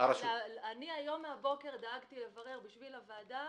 אני היום מהבוקר דאגתי לברר בשביל הוועדה.